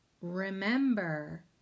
remember